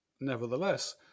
Nevertheless